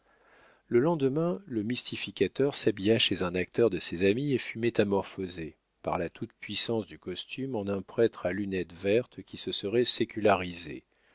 le lendemain le mystificateur s'habilla chez un acteur de ses amis et fut métamorphosé par la toute-puissance du costume en un prêtre à lunettes vertes qui se serait sécularisé